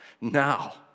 Now